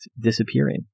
disappearing